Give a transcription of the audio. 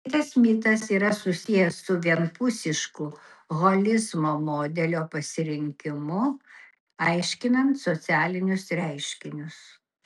kitas mitas yra susijęs su vienpusišku holizmo modelio pasirinkimu aiškinant socialinius reiškinius